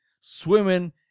swimming